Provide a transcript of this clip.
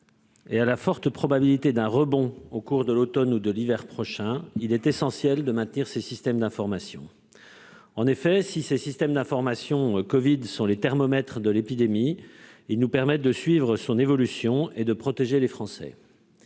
-et à la forte probabilité d'un rebond au cours de l'automne ou de l'hiver prochain, il est essentiel de maintenir ces systèmes d'information, qui constituent le thermomètre de l'épidémie. Ils nous permettent de suivre son évolution et de protéger les Français.